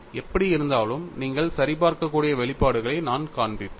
எப்படியிருந்தாலும் நீங்கள் சரிபார்க்கக்கூடிய வெளிப்பாடுகளை நான் காண்பிப்பேன்